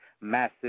massive